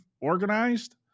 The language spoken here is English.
organized